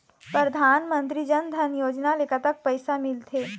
परधानमंतरी जन धन योजना ले कतक पैसा मिल थे?